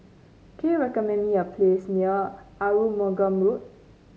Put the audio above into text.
can you recommend me a place near Arumugam Road